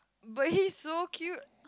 but he's so cute